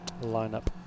lineup